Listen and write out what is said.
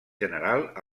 general